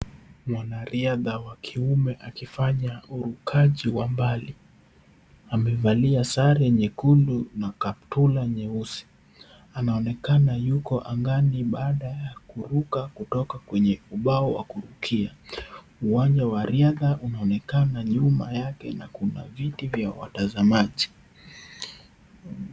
Mwanariadha wa kiume akifanya urukaji wa mbali. Amevalia sare nyekundu na kaptura nyeusi. Anaonekana yuko angani baada ya kuruka kutoka kwenye ubao wa kurukia. Uwanja wa riadha unaonekana nyuma yake na kuna viti vya watazamaji.